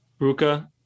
Ruka